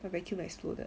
the vacuum exploded